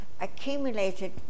Accumulated